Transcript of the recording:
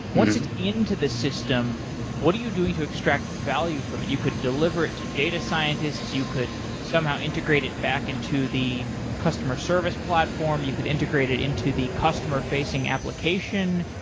once it's in to this, system what are you doing to extract value from it? you could deliver it to data scientists, you could somehow integrated back into the customer service platform, you could integrated into the customer facing application.